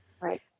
Right